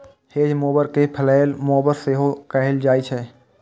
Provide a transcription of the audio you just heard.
hedge mower कें flail mower सेहो कहल जाइ छै